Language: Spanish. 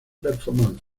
performance